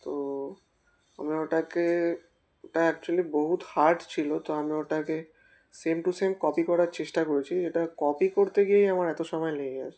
তো আমি ওটাকে ওটা অ্যাকচুয়ালি বহুত হার্ড ছিল তো আমি ওটাকে সেম টু সেম কপি করার চেষ্টা করেছি যেটা কপি করতে গিয়েই আমার এত সময় লেগে গিয়েছে